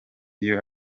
iyo